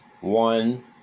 One